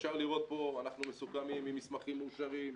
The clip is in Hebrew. אפשר לראות פה, אנחנו מסוכמים עם מסמכים מאושרים,